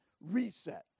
reset